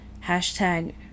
hashtag